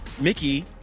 Mickey